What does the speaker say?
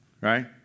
right